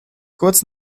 kurz